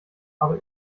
aber